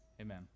Amen